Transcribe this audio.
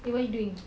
eh what you doing